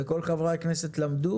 וכל חברי הכנסת למדו